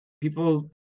people